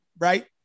right